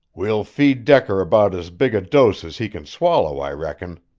we'll feed decker about as big a dose as he can swallow, i reckon,